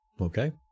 Okay